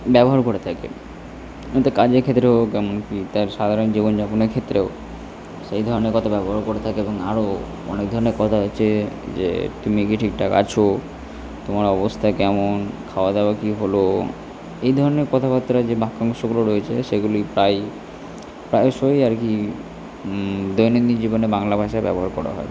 ব্যবহার করে থাকে কাজের ক্ষেত্রেও এমনকি তার সাধারণ জীবনযাপনের ক্ষেত্রেও সেই ধরনের কথা ব্যবহার করে থাকে এবং আরও অনেক ধরনের কথা হচ্ছে যে তুমি কি ঠিকঠাক আছ তোমার অবস্থা কেমন খাওয়াদাওয়া কী হল এই ধরনের কথাবার্তার যে বাক্যাংশগুলো রয়েছে সেগুলি প্রায়ই প্রায়শই আর কি দৈনন্দিন জীবনে বাংলা ভাষায় ব্যবহার করা হয়